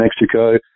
Mexico